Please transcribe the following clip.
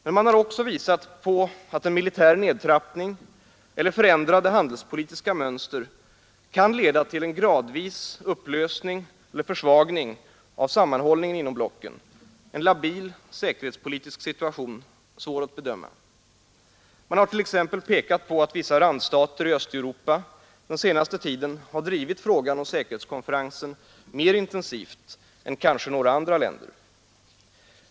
Men man har också visat på att en militär nedtrappning eller förändrade handelspolitiska mönster kan leda till en gradvis upplösning av sammanhållningen inom blocken — en labil säkerhetspolitisk situation, svår att bedöma. Man har t.ex. pekat på att vissa randstater i Östeuropa den senaste tiden drivit frågan om säkerhetskonferensen mer intensivt än kanske några andra länder.